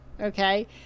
Okay